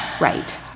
right